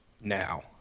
now